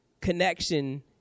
Connection